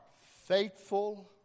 faithful